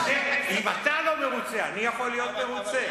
אם אתה לא מרוצה, אני יכול להיות מרוצה?